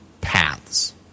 paths